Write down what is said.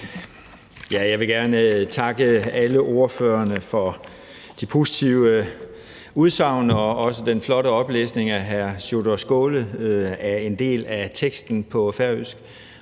Jeg vil gerne takke alle ordførerne for de positive udsagn og hr. Sjúrður Skaale for den flotte oplæsning af en del af teksten på færøsk.